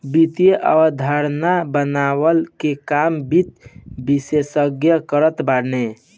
वित्तीय अवधारणा बनवला के काम वित्त विशेषज्ञ करत बाने